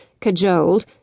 cajoled